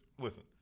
listen